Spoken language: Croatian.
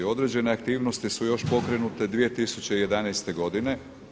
Određene aktivnosti su još pokrenute 2011. godine.